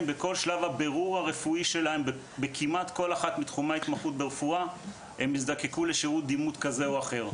מהבירור הרפואי שלהם לאחר מכן הם יזדקקו לשירות דימות כזה או אחר.